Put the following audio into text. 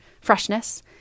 freshness